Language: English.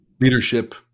leadership